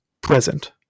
present